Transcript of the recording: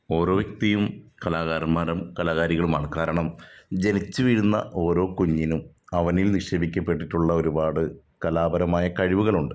ഓരോ വ്യക്തിയും കലാകാരന്മാരും കലാകരികളുമാണ് കാരണം ജനിച്ച് വീഴുന്ന ഓരോ കുഞ്ഞിനും അവനിൽ നിക്ഷേപിക്കപ്പെട്ടിട്ടുള്ള ഒരുപാട് കലാപരമായ കഴിവുകളുണ്ട്